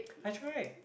ice cream right